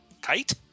Kite